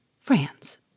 France